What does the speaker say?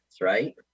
right